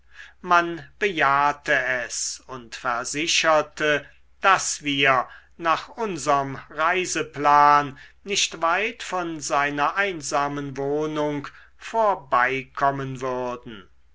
man bejahte es und versicherte daß wir nach unserm reiseplan nicht weit von seiner einsamen wohnung vorbeikommen würden